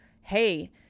Hey